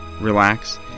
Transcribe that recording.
relax